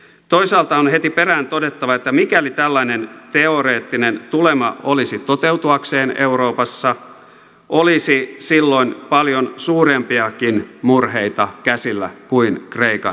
toisaalta on heti perään todettava että mikäli tällainen teoreettinen tulema olisi toteutuakseen euroopassa olisi silloin paljon suurempiakin murheita käsillä kuin kreikan maksukyvyttömyys